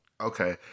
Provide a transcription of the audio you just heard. Okay